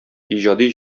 иҗади